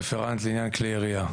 רפרנט לעניין כלי ירייה.